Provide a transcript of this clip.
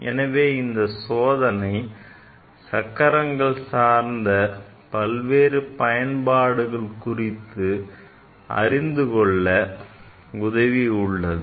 எனவே இந்த சோதனை சக்கரங்கள் சார்ந்த பல்வேறு பயன்பாடுகள் குறித்து அறிந்துகொள்ள உதவியுள்ளது